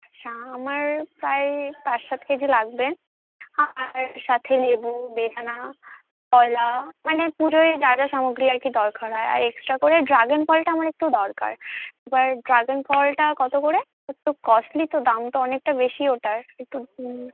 আচ্ছা আমার প্রায় পাঁচ সাত কেজি লাগবে আর সাথে লেবু বেদানা কলা মানে পুজোয় যা যা সামগ্রী আর কি দরকার হয় আর এক্সট্রা করে ড্রাগন ফলটা আমার একটু দরকার এবার ড্রাগন ফলটা কতো করে একটু কস্টলি তো দামটা অনেকটা বেশি ওটার একটু